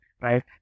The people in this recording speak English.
right